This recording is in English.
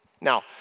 Now